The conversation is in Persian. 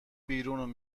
بیرون